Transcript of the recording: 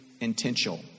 intentional